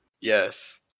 Yes